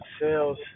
sales